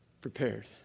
prepared